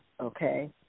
okay